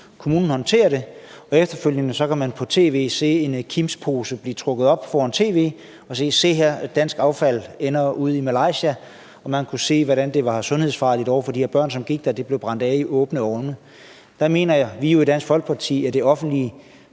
kommunen håndterer det, og man efterfølgende kan se en pose fra KiMs blive trukket op foran et tv-hold, som så kan sige: Se her, dansk affald ender ude i Malaysia? Man kunne se, hvordan det var sundhedsfarligt over for de her børn, som gik der, at det blev brændt af i åbne ovne. Der mener vi jo i Dansk Folkeparti, at det offentlige